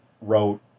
wrote